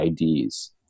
IDs